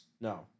No